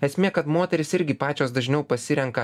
esmė kad moterys irgi pačios dažniau pasirenka